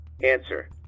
Answer